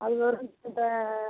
அது வரும் கிட்டத்தட்ட